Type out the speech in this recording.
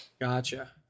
Gotcha